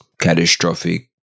catastrophic